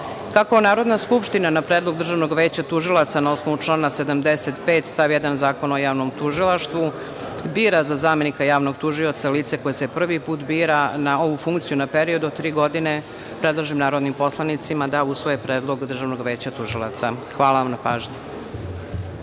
Narodna skupština na predlog Državnog veća tužilaca na osnovu člana 75. stav 1. Zakona o javnom tužilaštvu, bira za zamenika javnog tužioca lice koje se prvi put bira na ovu funkciju na period od tri godine, predlažem narodnim poslanicima da usvoje predlog Državnog veća tužilaca. Hvala vam na pažnji.